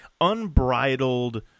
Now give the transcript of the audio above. unbridled